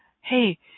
hey